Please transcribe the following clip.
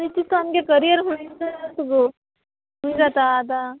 न्ही तितून सामके करियर खूंय जाय तुगो खूंय जाता आतां